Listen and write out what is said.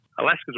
Alaska's